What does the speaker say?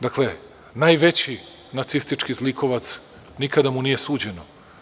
Dakle, najveći nacistički zlikovac, nikada mu nije suđeno.